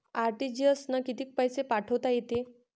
RTGS न कितीक पैसे पाठवता येते?